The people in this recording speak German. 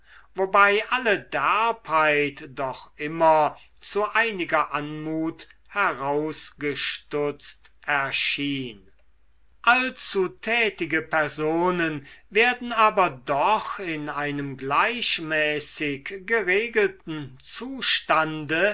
wobei alle derbheit doch immer zu einiger anmut herausgestutzt erschien allzu tätige personen werden aber doch in einem gleichmäßig geregelten zustande